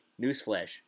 Newsflash